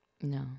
no